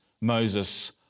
Moses